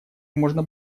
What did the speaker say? можно